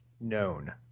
known